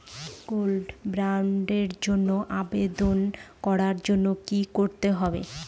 Gold বন্ডের জন্য আবেদন করার জন্য কি করতে হবে?